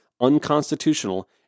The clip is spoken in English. unconstitutional